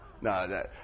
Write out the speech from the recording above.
No